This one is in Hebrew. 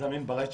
שזמין ברשת.